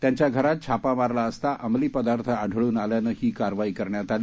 त्यांच्या घरात छापा मारला असता अंमली पदार्थ आढळून आल्यानं ही कारवाई करण्यात आली